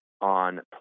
on